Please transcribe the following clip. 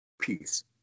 peace